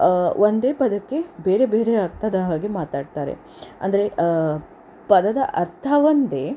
ಒಂದೇ ಪದಕ್ಕೆ ಬೇರೆ ಬೇರೆ ಅರ್ಥದ ಹಾಗೆ ಮಾತಾಡ್ತಾರೆ ಅಂದರೆ ಪದದ ಅರ್ಥ ಒಂದೇ